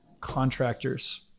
Contractors